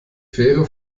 fähre